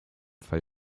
fall